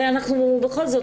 הרי אנחנו בכל זאת,